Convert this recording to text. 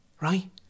right